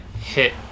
hit